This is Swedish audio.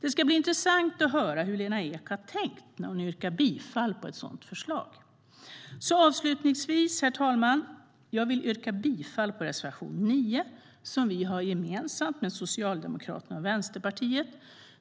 Det ska bli intressant att höra hur Lena Ek har tänkt när hon yrkar bifall till ett sådant förslag. Herr talman! Jag yrkar bifall till reservation 9, som vi har gemensamt med S och V.